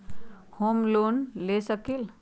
हम लोन ले सकील?